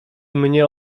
mnie